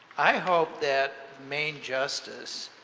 i hope that main justice,